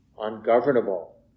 ungovernable